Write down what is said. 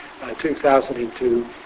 2002